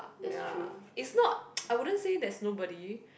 ya it's not I wouldn't say there's nobody